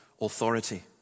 authority